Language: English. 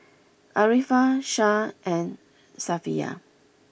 Arifa Shah and Safiya